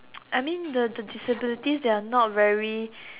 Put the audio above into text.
I mean the the disabilities they are not very